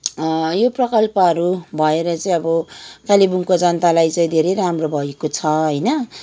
यो प्रकल्पहरू भएर चाहिँ अब कालिम्पोङको जनतालाई चाहिँ धेरै राम्रो भएको छ होइन